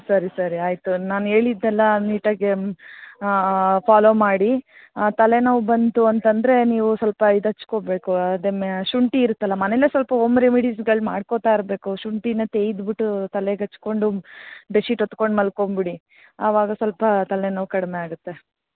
ಸರಿ ಸರಿ ಆಯಿತು ನಾನು ಹೇಳಿದ್ನೆಲ್ಲಾ ನೀಟಾಗಿ ಫಾಲೋ ಮಾಡಿ ತಲೆನೋವು ಬಂತು ಅಂತಂದರೆ ನೀವು ಸ್ವಲ್ಪ ಇದು ಹಚ್ಕೊಬೇಕು ಅದೆ ಮೆ ಶುಂಠಿ ಇರುತ್ತೆ ಅಲಾ ಮನೆಯಲ್ಲೇ ಸ್ವಲ್ಪ ಓಮ್ ರೆಮಿಡೀಸ್ಗಳು ಮಾಡ್ಕೋತಾ ಇರ್ಬೇಕು ಶುಂಠಿನಾ ತೇಯ್ದು ಬಿಟ್ಟು ತಲೆಗೆ ಹಚ್ಕೊಂಡು ಬೆಡ್ಶಿಟ್ ಹೊದ್ದ್ಕೊಂಡ್ ಮಲ್ಕೊಂಡು ಬಿಡಿ ಅವಾಗ ಸ್ವಲ್ಪ ತಲೆನೋವು ಕಡಿಮೆ ಆಗುತ್ತೆ